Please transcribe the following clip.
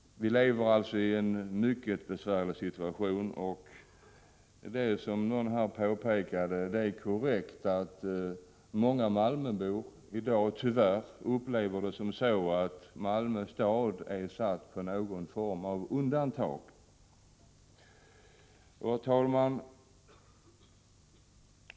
Vi lever alltså i en mycket besvärlig situation. Som någon här korrekt påpekade är det många malmöbor som i dag upplever situationen så, att Malmö stad är satt på någon form av undantag. Herr talman!